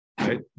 right